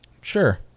Sure